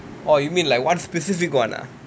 orh you mean like one specific [one] ah